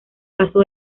paso